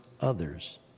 others